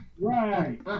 right